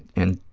and